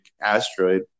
asteroid